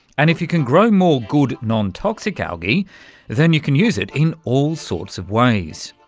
and if you can grow more good, non-toxic algae then you can use it in all sorts of ways.